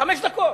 חמש דקות,